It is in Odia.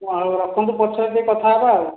ଆଉ ରଖନ୍ତୁ ପଛରେ ଟିକେ କଥା ହେବା ଆଉ